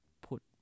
put